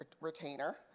retainer